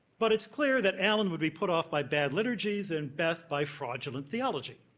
but it's clear that allen would be put off by bad liturgies and beth by fraudulent theology.